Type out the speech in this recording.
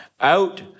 out